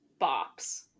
bops